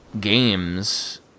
games